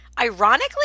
ironically